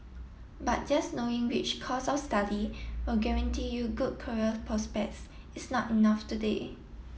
but just knowing which course of study will guarantee you good career prospects is not enough today